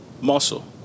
muscle